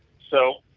so,